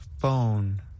Phone